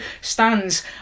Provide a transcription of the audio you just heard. stands